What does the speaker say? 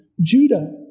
Judah